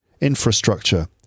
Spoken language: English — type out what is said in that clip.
Infrastructure